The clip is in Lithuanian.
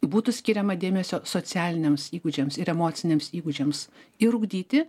būtų skiriama dėmesio socialiniams įgūdžiams ir emociniams įgūdžiams ir ugdyti